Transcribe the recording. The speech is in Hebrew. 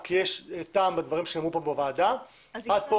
כי יש טעם בדברים שעלו כאן בוועדה ואת כאן